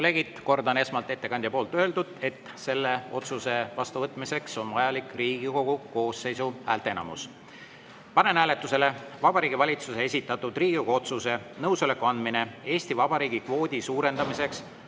kordan ettekandja poolt juba öeldut, et selle otsuse vastuvõtmiseks on vajalik Riigikogu koosseisu häälteenamus. Panen hääletusele Vabariigi Valitsuse esitatud Riigikogu otsuse "Nõusoleku andmine Eesti Vabariigi kvoodi suurendamiseks